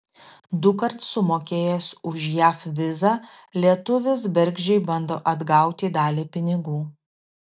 dukart sumokėjęs už jav vizą lietuvis bergždžiai bando atgauti dalį pinigų